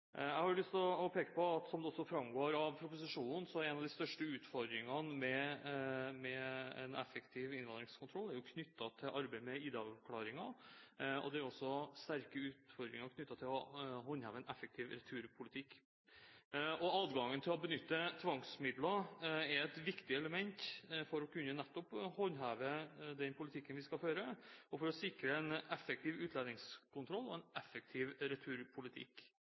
Jeg har lyst til å peke på at som det også framgår av proposisjonen, så er en av de største utfordringene med en effektiv innvandringskontroll knyttet til arbeidet med ID-avklaringen. Det er også sterke utfordringer knyttet til å håndheve en effektiv returpolitikk. Adgangen til å benytte tvangsmidler er et viktig element for å kunne håndheve den politikken vi skal føre, og for å sikre en effektiv utlendingskontroll og en effektiv returpolitikk.